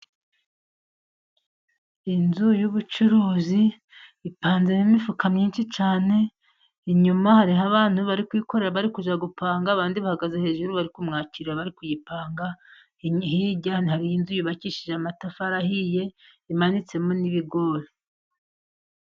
Inzu y'ubucuruzi ipanzemo imifuka myinshi cyane, inyuma hariho abantu bari kwikorera bari kujya gupanga, abandi bahagaze hejuru bari kumwakira bari kuyipanga, hirya hari inzu yubakishije amatafari ahiye bamanitsemo n'ibigori.